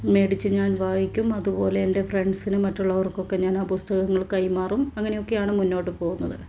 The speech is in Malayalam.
മേടിച്ചു ഞാൻ വായിക്കും അതുപോലെ എൻ്റെ ഫ്രണ്ട്സിനും മറ്റുള്ളവർക്കൊക്കെ ഞാൻ ആ പുസ്തകങ്ങൾ കൈമാറും അങ്ങനെയൊക്കെയാണ് മുന്നോട്ടു പോകുന്നത്